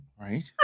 Right